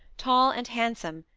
tall and handsome,